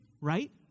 right